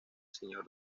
señor